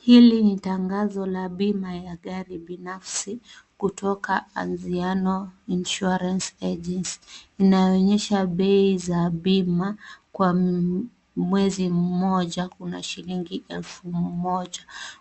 Hili ni tangazo la bima ya gari binafsi, kutoka Anziano Insurance Agency, inayoonyesha bei za bima kwa mwezi mmoja. Kuna shilingi elfu moja,